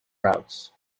routes